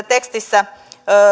tekstissä